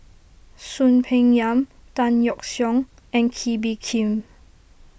Soon Peng Yam Tan Yeok Seong and Kee Bee Khim